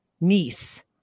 niece –